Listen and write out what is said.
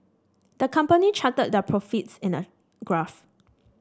the company charted their profits in a graph